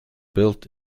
built